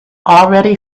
already